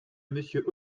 monsieur